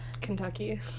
Kentucky